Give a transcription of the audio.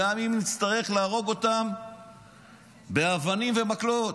גם אם נצטרך להרוג אותם באבנים ובמקלות.